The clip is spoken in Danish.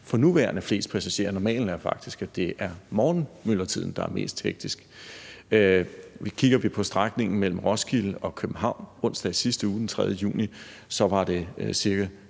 for nuværende er flest passagerer; normalen er faktisk, at det er morgenmyldretiden, der er mest hektisk. Kigger vi på strækningen mellem Roskilde og København onsdag i sidste uge, den 3. juni, var belægningen